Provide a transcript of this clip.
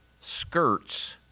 skirts